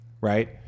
right